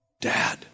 Dad